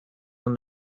when